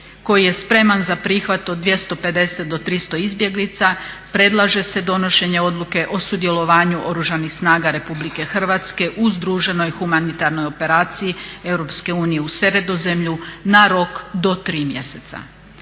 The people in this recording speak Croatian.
koji je spreman za prihvat od 250 do 300 izbjeglica predlaže se donošenje Odluke o sudjelovanju Oružanih snaga Republike Hrvatske u združenoj humanitarnoj operaciji Europske unije u Sredozemlju na rok do 3 mjeseca.